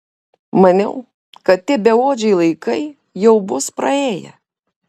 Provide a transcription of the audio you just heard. maniau kad tie beodžiai laikai jau bus praėję